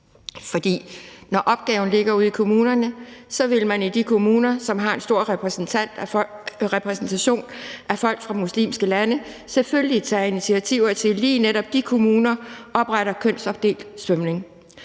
fordi når opgaven ligger ude i kommunerne, vil man i de kommuner, som har en stor repræsentation af folk fra muslimske lande, selvfølgelig tage initiativer til, at lige netop de kommuner opretter kønsopdelt svømning.